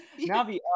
Navi